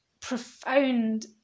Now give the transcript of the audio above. profound